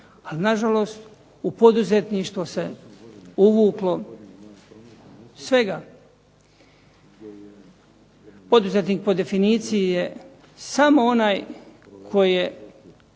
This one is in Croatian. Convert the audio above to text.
Ali nažalost, u poduzetništvo se uvuklo svega. Poduzetnik po definiciji je samo onaj koji